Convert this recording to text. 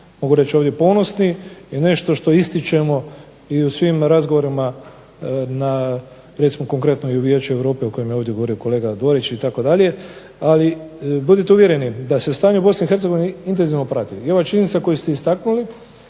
mogu reći ovdje ponosni je nešto što ističemo i u svim razgovorima na recimo konkretno i u Vijeću Europe o kojem je ovdje govorio kolega Dorić itd. Ali budite uvjereni da se stanje u Bosni i Hercegovini intenzivno prati. I ova činjenica koju ste istaknuli,